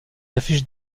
affiches